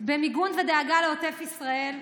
במיגון ובדאגה לעוטף ישראל,